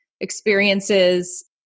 experiences